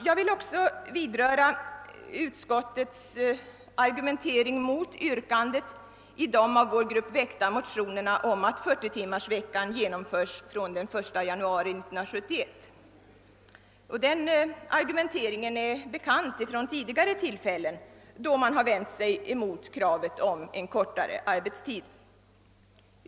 Jag vill också beröra utskottets resonemang beträffande yrkandet i det av vår riksdagsgrupp väckta motionsparet om att 40-timmarsveckan skall genomföras redan fr.o.m. den 1 januari 1971. Detta resonemang är bekant från tidigare tillfällen då man vänt sig mot kravet om en kortare arbetstid.